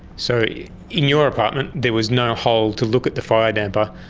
so yeah in your apartment there was no hole to look at the fire damper.